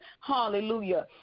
hallelujah